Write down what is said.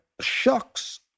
shocks